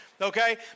Okay